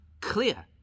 clear